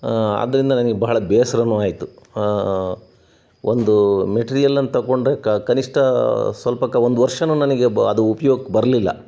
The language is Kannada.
ಆದ್ದರಿಂದ ನನಗೆ ಭಾಳ ಬೆಸರನೂ ಆಯಿತು ಒಂದು ಮೆಟ್ರಿಯಲನ್ನು ತೊಗೊಂಡರೆ ಕ ಕನಿಷ್ಠ ಸ್ವಲ್ಪ ಕ ಒಂದು ವರ್ಷನೂ ನನಗೆ ಬ ಅದು ಉಪ್ಯೋಗಕ್ಕೆ ಬರಲಿಲ್ಲ